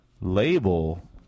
Label